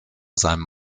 seinem